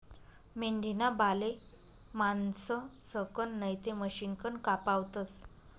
मेंढीना बाले माणसंसकन नैते मशिनकन कापावतस